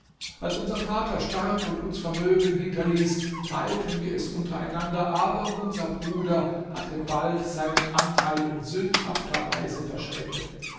als unser vater starb und uns vermögen hinterließ teilten wir es untereinander aber unser bruder hatte bald seinen anteil in sündhafter weise verschwendet